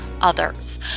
others